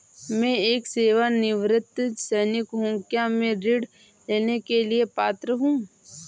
मैं एक सेवानिवृत्त सैनिक हूँ क्या मैं ऋण लेने के लिए पात्र हूँ?